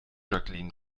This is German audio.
jacqueline